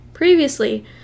Previously